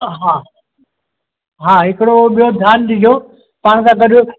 हा हा हिकिड़ो ॿियो ध्यानु ॾिजो पाण सां गॾु